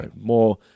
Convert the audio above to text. more